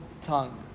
tongue